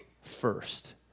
first